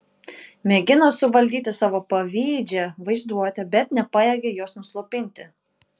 mėgino suvaldyti savo pavydžią vaizduotę bet nepajėgė jos nuslopinti